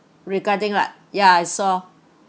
regarding what ya I saw